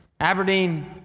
Aberdeen